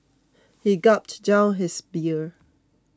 he gulped down his beer